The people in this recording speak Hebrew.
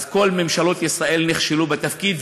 אז כל ממשלות ישראל נכשלו בתפקיד,